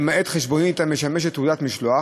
למעט חשבונית המשמשת תעודת משלוח,